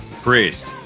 priest